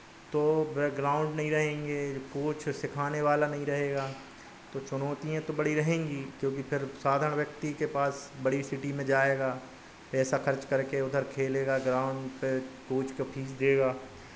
तो ग्राउन्ड नहीं रहेंगे कोच सिखाने वाला नहीं रहेगा तो चुनौतियाँ तो बड़ी रहेंगी ही क्योंकि फिर साधारण व्यक्ति के पास बड़ी सिटी में जाएगा पैसा खर्च करके उधर खेलेगा ग्राउन्ड फिर कोच का फीस देगा